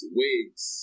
wigs